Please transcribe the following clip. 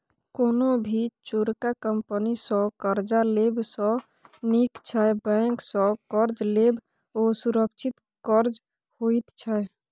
कोनो भी चोरका कंपनी सँ कर्जा लेब सँ नीक छै बैंक सँ कर्ज लेब, ओ सुरक्षित कर्ज होइत छै